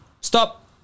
Stop